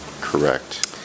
correct